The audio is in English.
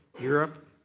Europe